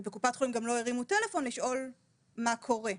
ובקופת חולים גם לא הרים טלפון לשאול מה קורה.